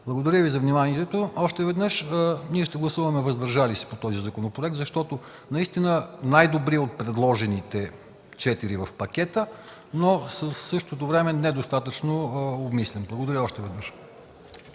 Благодаря Ви за вниманието. Още веднъж, ние ще гласуваме „въздържали се” по този законопроект, защото наистина е най-добрият от предложените четири в пакета, но в същото време е недостатъчно обмислен. Благодаря още веднъж.